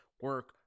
Work